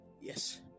Yes